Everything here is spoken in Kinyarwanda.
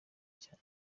cyane